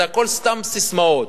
זה הכול סתם ססמאות.